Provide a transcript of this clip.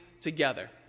together